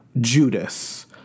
Judas